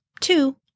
two